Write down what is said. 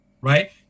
right